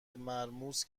مرموز